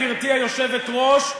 גברתי היושבת-ראש,